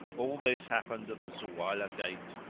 all this happened at the zuwaylah gate.